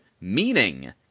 meaning